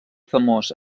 famós